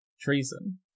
treason